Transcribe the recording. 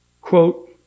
quote